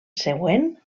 següent